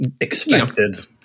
expected